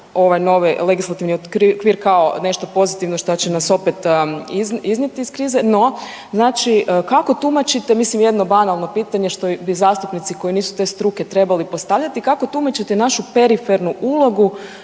ovaj novi legislativni okvir kao nešto pozitivno šta će nas opet iznijet iz krize, no znači kako tumačite mislim jedno banalno pitanje što bi i zastupnici koji nisu te struke trebali postavljati, kako tumačite našu perifernu ulogu